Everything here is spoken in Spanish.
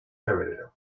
febrero